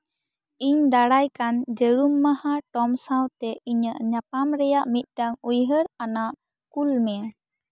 ᱤᱧ ᱫᱟᱨᱟᱭ ᱠᱟᱱ ᱡᱟ ᱲᱩᱢ ᱢᱟᱦᱟ ᱴᱚᱢ ᱥᱟᱶᱛᱮ ᱤᱧᱟᱹᱜ ᱧᱟᱯᱟᱢ ᱨᱮᱭᱟᱜ ᱢᱤᱫᱴᱟᱝ ᱩᱭᱦᱟᱹᱨ ᱟᱱᱟᱜ ᱠᱩᱞ ᱢᱮ